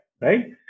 right